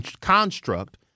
construct